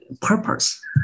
purpose